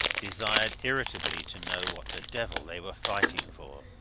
desired irritably to know what the devil they were fighting for.